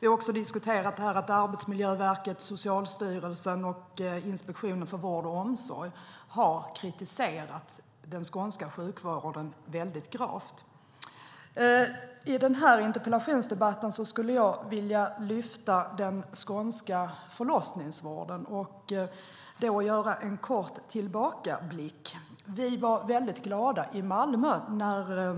Vi har också diskuterat att Arbetsmiljöverket, Socialstyrelsen och Inspektionen för vård och omsorg har kritiserat den skånska sjukvården mycket kraftigt. I den här interpellationsdebatten skulle jag vilja lyfta upp den skånska förlossningsvården och göra en kort tillbakablick. Vi var mycket glada i Malmö när